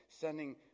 sending